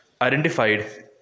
identified